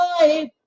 life